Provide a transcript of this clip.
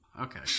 Okay